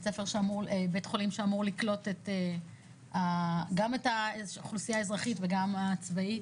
בית חולים שאמור לקלוט גם את האוכלוסיה האזרחית וגם הצבאית.